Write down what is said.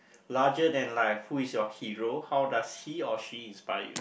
larger than life who is your hero how does he or she inspire you